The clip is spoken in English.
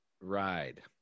ride